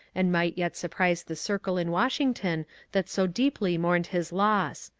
and might yet surprise the circle in washington that so deeply mourned his loss.